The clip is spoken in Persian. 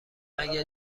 مگه